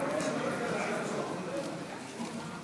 (תיקון